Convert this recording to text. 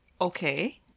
Okay